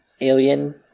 alien